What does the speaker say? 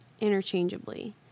interchangeably